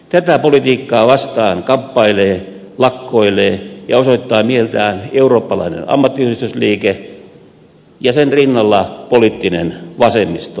tätä politiikkaa vastaan kamppailee lakkoilee ja osoittaa mieltään eurooppalainen ammattiyhdistysliike ja sen rinnalla poliittinen vasemmisto